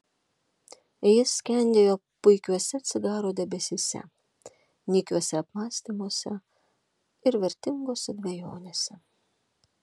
jis skendėjo puikiuose cigaro debesyse nykiuose apmąstymuose ir vertingose dvejonėse